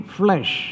flesh